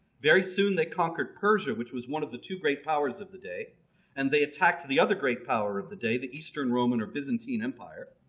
very soon they conquered persia which was one of two great powers of the day and they attacked the other great power of the day the eastern roman or byzantine empire.